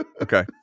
Okay